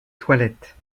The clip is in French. toilettes